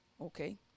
okay